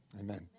Amen